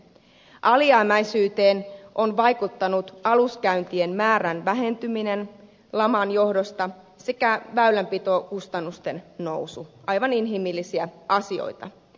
alijäämäisyyteen on vaikuttanut aluskäyntien määrän vähentyminen laman johdosta sekä väylänpitokustannusten nousu aivan inhimillisiä asioita